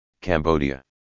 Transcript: Cambodia